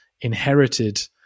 inherited